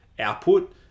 output